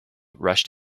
rushed